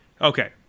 Okay